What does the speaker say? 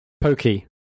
Pokey